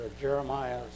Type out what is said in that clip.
Jeremiah